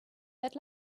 that